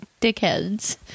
dickheads